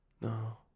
No